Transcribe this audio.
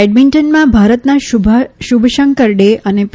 બેડમિન્ટનમાં ભારતના શુભશંકર ડે અને પી